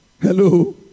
Hello